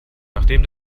nachdem